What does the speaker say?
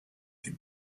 die